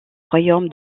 royaume